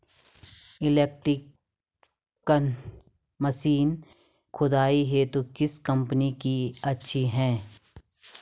Electronic machine खुदाई हेतु किस कंपनी की अच्छी है?